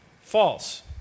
False